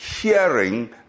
hearing